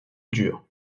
dur